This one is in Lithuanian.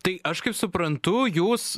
tai aš kaip suprantu jūs